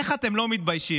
איך אתם לא מתביישים